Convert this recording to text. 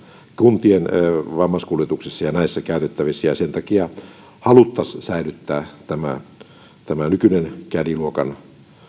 kuntien vammaiskuljetusten ja ja näiden käytettävissä sen takia haluttaisiin säilyttää tämä tämä nykyinen caddy luokan